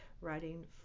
writing